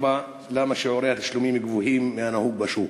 4. למה שיעורי התשלומים גבוהים מהנהוג בשוק?